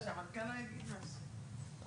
זו הוועדה היחידה שיכולה להוציא צו הבאה בין וועדות הכנסת,